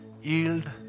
yield